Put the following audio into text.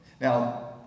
now